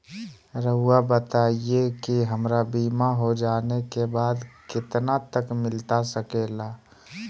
रहुआ बताइए कि हमारा बीमा हो जाने के बाद कितना तक मिलता सके ला?